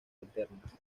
alternas